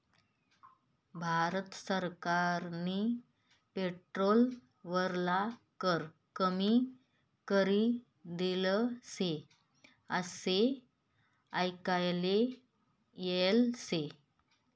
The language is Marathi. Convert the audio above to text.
भारत सरकारनी पेट्रोल वरला कर कमी करी देल शे आशे आयकाले येल शे